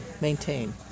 maintain